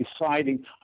deciding